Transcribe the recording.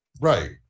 Right